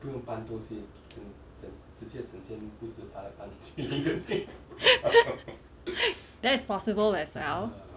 that is possible as well